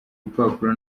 urupapuro